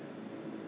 okay